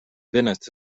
bennett